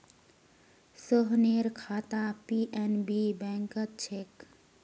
सोहनेर खाता पी.एन.बी बैंकत छेक